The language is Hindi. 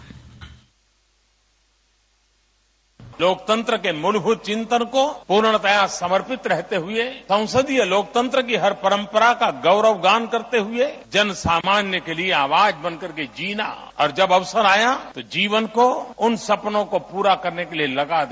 बाइट लोकतंत्र के मूलभूत चिंतन को पूर्णतया समर्पित रहते हुए संसदीय लोकतंत्र की हर परम्परा को गौरवगान करते हुए जन सामान्य के लिए आवाज तन करके जीना और अवसर आया जीवन को उन सपनों को पूरा करने के लिए लगा दे